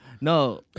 No